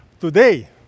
Today